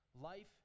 Life